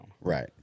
right